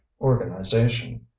organization